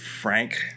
Frank